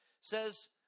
says